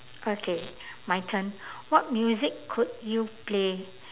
okay my turn what music could you play